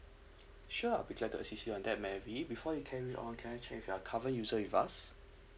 sure we try to assist you on that marvy before we carry on can I check you are current user with us